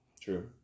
True